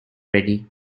ready